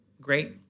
Great